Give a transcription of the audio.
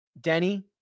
Denny